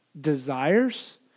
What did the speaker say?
desires